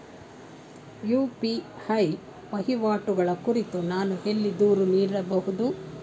UPI ವಹಿವಾಟುಗಳ ಕುರಿತು ನಾನು ಎಲ್ಲಿ ದೂರು ನೀಡಬಹುದು?